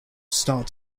start